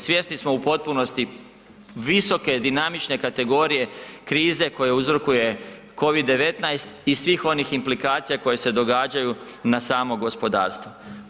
Svjesni smo u potpunosti visoke, dinamične kategorije krize koju uzrokuje Covid-19 i svih onih implikacija koje se događaju na samo gospodarstvo.